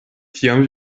tiam